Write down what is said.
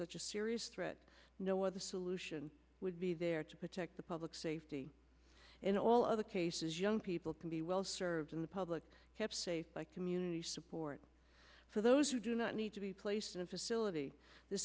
such a serious threat know what the solution would be there to protect the public safety in all other cases young people can be well served in the public kept safe by community support for those who do not need to be placed in a facility the